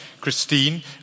Christine